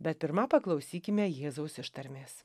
bet pirma paklausykime jėzaus ištarmės